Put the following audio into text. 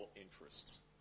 interests